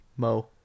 Mo